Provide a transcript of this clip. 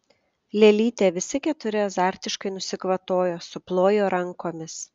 lėlytė visi keturi azartiškai nusikvatojo suplojo rankomis